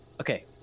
okay